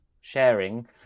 sharing